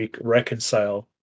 reconcile